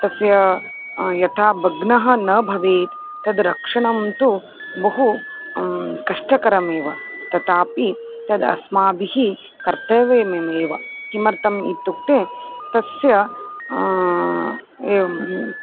तस्य यथा भग्नं न भवेत् तद् रक्षणं तु बहु कष्टकरमेव तथापि तद् अस्माभिः कर्तव्यमेव किमर्थम् इत्युक्ते तस्य एवम्